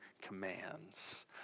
commands